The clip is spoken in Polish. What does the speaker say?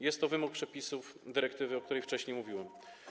Jest to wymóg przepisów dyrektywy, o której wcześniej mówiłem.